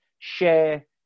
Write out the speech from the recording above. Share